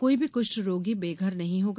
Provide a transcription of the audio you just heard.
कोई भी कृष्ठ रोगी बेघर नहीं होगा